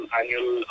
annual